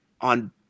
on –